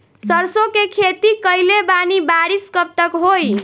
सरसों के खेती कईले बानी बारिश कब तक होई?